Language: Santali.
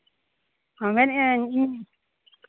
ᱢᱮᱱᱮᱫ ᱟᱹᱧ ᱤᱧ